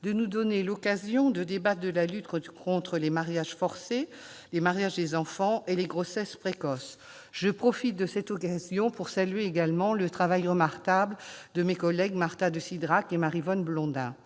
de nous donner l'occasion de débattre de la lutte contre les mariages forcés, les mariages des enfants et les grossesses précoces. Je profite de cette occasion pour saluer également le travail remarquable de mes collègues Marta de Cidrac et Maryvonne Blondin.